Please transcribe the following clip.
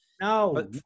No